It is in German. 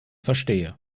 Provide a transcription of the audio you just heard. verstehe